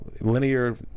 linear